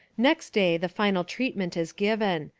next day the final treatment is given.